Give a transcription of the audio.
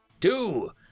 Two